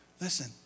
Listen